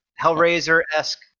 Hellraiser-esque